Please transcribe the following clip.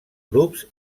grups